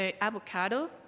avocado